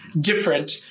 different